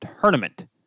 tournament